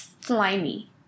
slimy